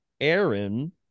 Aaron